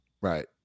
right